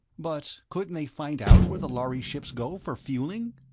but couldn't they find out where the lhari ships go for fueling?